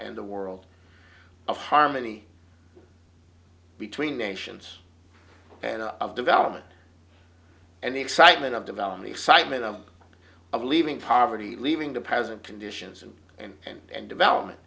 and the world of harmony between nations and of development and the excitement of developing the excitement of leaving poverty leaving the present conditions and and development